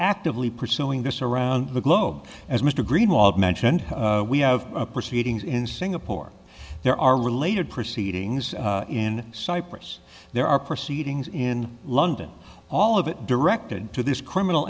actively pursuing this around the globe as mr greenwald mentioned we have proceedings in singapore there are related proceedings in cyprus there are proceedings in london all of it directed to this criminal